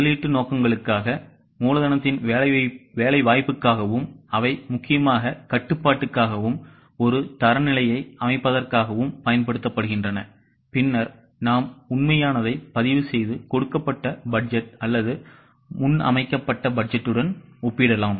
முதலீட்டு நோக்கங்களுக்காக மூலதனத்தின் வேலைவாய்ப்புக்காகவும் அவை முக்கியமாக கட்டுப்பாட்டுக்காகவும் ஒரு தரநிலையை அமைப்பதற்காகவும் பயன்படுத்தப்படுகின்றன பின்னர் நாம் உண்மையானதைப் பதிவுசெய்து கொடுக்கப்பட்ட பட்ஜெட் அல்லது முன்னமைக்கப்பட்டபட்ஜெட்டுடன்ஒப்பிடலாம்